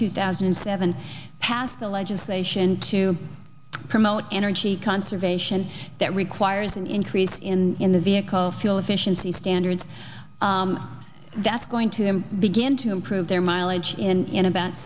two thousand and seven passed the legislation to promote energy conservation that requires an increase in in the vehicle fuel efficiency standards that's going to begin to improve their mileage in about